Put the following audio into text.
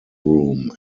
room